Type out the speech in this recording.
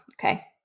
Okay